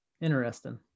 interesting